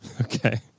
Okay